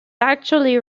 actually